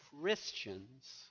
Christians